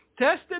tested